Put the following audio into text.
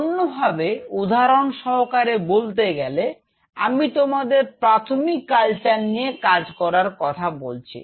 অন্যভাবে উদাহরণ সহকারে বলতে গেলে আমি তোমাদের প্রাথমিক কালচার নিয়ে কাজ করার কথা বলছি